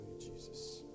Jesus